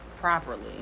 properly